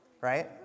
Right